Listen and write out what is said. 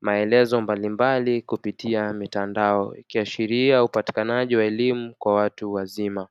maelezo mbalimbali kupitia mitandao, ikiashiria upatikanaji wa elimu kwa watu wazima.